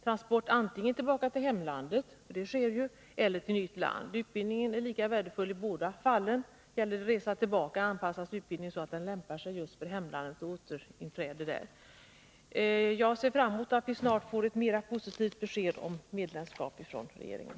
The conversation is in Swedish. Transporten sker antingen tillbaka till hemlandet eller till ett nytt land. Utbildningen är lika värdefull i båda fallen. Gäller det resa tillbaka, anpassas utbildningen så att den lämpar sig för hemlandet. Jag ser fram emot att vi snart får ett mera positivt besked om medlemskap från regeringen.